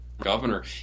governor